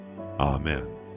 Amen